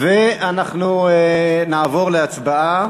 ואנחנו נעבור להצבעה.